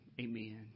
Amen